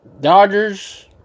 Dodgers